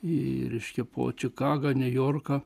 i reiškia po čikagą niujorką